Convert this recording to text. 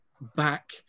back